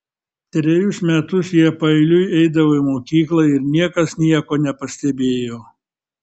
trejus metus jie paeiliui eidavo į mokyklą ir niekas nieko nepastebėjo